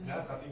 um hmm